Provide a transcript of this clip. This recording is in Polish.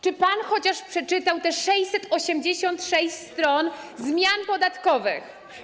Czy pan chociaż przeczytał te 686 stron zmian podatkowych?